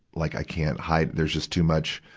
like i can't hide, there's just too much,